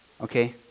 Okay